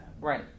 Right